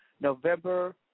November